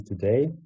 today